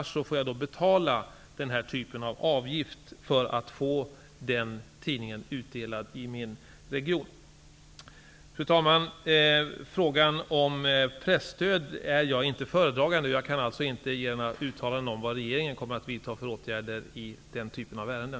Annars får jag betala den särskilda avgiften för att få tidningen utdelad i min region. Fru talman! Frågan om presstöd är jag inte föredragande i, och jag kan alltså inte göra några uttalanden om vad regeringen kommer att vidta för åtgärder i den typen av ärenden.